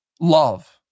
love